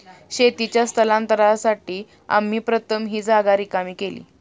शेतीच्या स्थलांतरासाठी आम्ही प्रथम ही जागा रिकामी केली